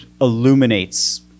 illuminates